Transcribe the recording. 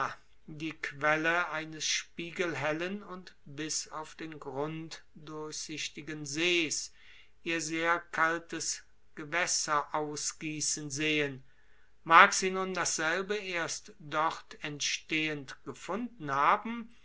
die quelle eines spiegelhellen und bis auf den grund durchsichtigen see's ihr sehr kaltes gewässer ausgießen sehen mag sie nun dasselbe erst dort entstehend gefunden haben